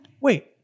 Wait